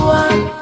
one